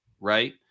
right